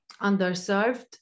underserved